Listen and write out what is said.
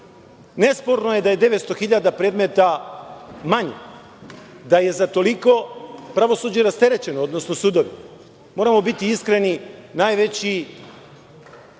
rešeni. Nesporno je da je 900 hiljada predmeta manje, da je za toliko pravosuđe rasterećeno, odnosno sudovi. Moramo biti iskreni, najveći,